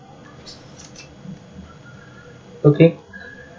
okay